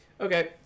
Okay